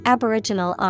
Aboriginal